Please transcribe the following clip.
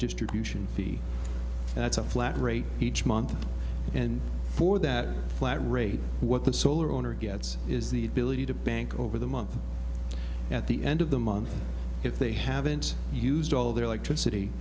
distribution fee that's a flat rate each month and for that flat rate what the solar owner gets is the ability to bank over the month at the end of the month if they haven't used all their electricity